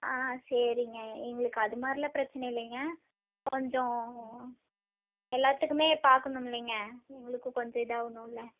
ஆ சரிங்க எங்களுக்கு அது மாதிரிலாம் பிரச்சனை இல்லைங்க கொஞ்சம் எல்லாத்துக்குமே பார்க்கணும் இல்லைங்க எங்களுக்கு கொஞ்சம் இதாகணுல்ல